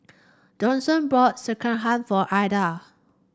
Dawson bought Sekihan for Adah